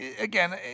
again